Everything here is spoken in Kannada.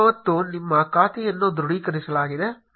ಮತ್ತು ನಿಮ್ಮ ಖಾತೆಯನ್ನು ದೃಢೀಕರಿಸಲಾಗಿದೆ ಎಂದು ಹೇಳುವ ಸಂದೇಶವಿರುತ್ತದೆ